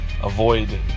avoid